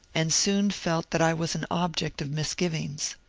and soon felt that i was an object of mis givings.